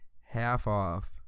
half-off